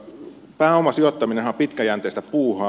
pääomasijoittaminenhan on pitkäjänteistä puuhaa